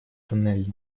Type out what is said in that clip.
тоннельно